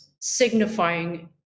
signifying